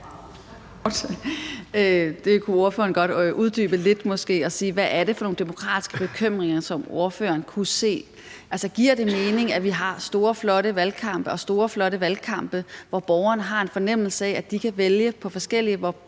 det kunne ordføreren måske godt uddybe lidt og sige, hvad det er for nogle demokratiske bekymringer, som ordføreren kunne se. Giver det mening, at vi har store, flotte valgkampe, hvor borgerne har en fornemmelse af, at de kan vælge, altså